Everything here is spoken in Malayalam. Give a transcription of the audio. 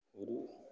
ഒരു